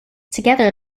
together